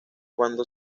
cuando